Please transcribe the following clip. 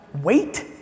Wait